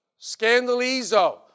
scandalizo